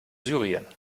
syrien